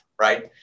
right